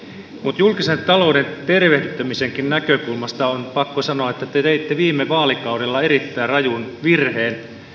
mutta julkisen talouden tervehtymisenkin näkökulmasta on pakko sanoa että te teitte viime vaalikaudella erittäin rajun virheen